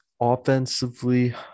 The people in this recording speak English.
offensively